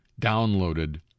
downloaded